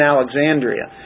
Alexandria